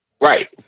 Right